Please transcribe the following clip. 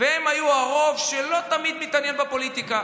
והם היו הרוב שלא תמיד מתעניין בפוליטיקה.